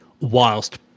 whilst